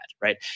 right